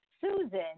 Susan